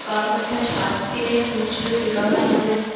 কারণ ওইখানে সাত দিনের ট্যুর ছিল সে কারণে আমাদের